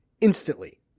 instantly